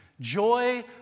Joy